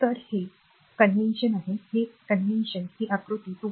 तर हे अधिवेशन आहे हे अधिवेशन हे आकृती २